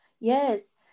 Yes